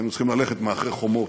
היינו צריכים ללכת מאחורי חומות.